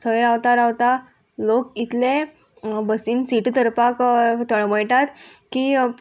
थंय रावतां रावतां लोक इतले बसीन सीट धरपाक थळमळटात की